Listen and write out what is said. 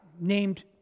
named